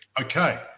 Okay